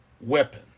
weapon